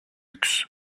luxe